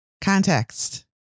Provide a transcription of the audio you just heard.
Context